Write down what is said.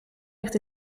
ligt